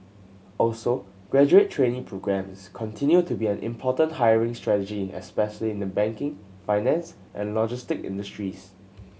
also graduate trainee programmes continue to be an important hiring strategy especially in the banking finance and logistic industries